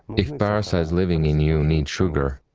if parasites living in you need sugar,